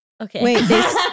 okay